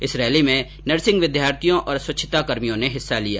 इस रैली में नर्सिंग विद्यार्थियों और स्वच्छताकर्मियों ने हिस्सा लिया